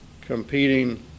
competing